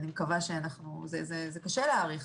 זה קשה להעריך.